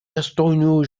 достойную